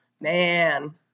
man